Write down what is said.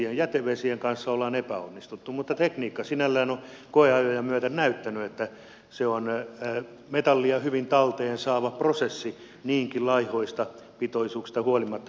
vesien jätevesien kanssa ollaan epäonnistuttu mutta tekniikka sinällään on koeajoja myöten näyttänyt että se on metallia hyvin talteen saava prosessi niinkin laihoista pitoisuuksista huolimatta kuin on